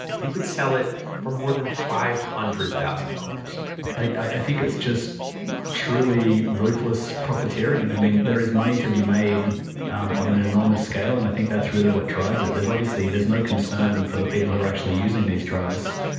you could sell it for more than five hundred thousand dollars dollars i think it's just truly ruthless profiteering. i mean, there is money to be made um on an enormous scale, and i think that's really what drives it. there's obviously, there's no concern for the people who are actually using these drugs,